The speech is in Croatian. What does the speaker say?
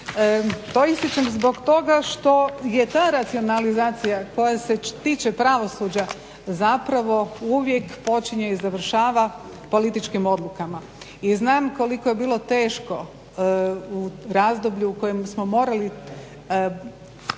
To ističem zbog toga što je ta racionalizacija koja se tiče pravosuđa uvijek počinje i završava političkim odlukama. I znam koliko je bilo teško u razdoblju u kojem smo morali